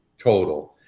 total